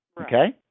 Okay